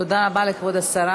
תודה רבה לכבוד השרה.